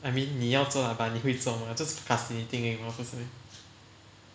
I mean 要做 lah but 你会做吗 just 而已 what 不是 meh